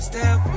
Step